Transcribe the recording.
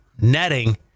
netting